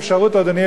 אדוני היושב-ראש,